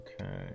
Okay